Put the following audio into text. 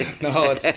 no